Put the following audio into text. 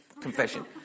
confession